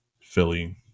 Philly